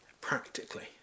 practically